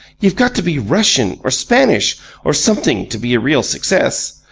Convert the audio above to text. you've got to be russian or spanish or something to be a real success.